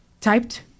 typed